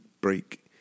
break